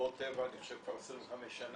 מסיבות הטבע אני חושב כבר 25 שנה,